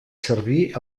servir